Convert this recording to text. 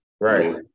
Right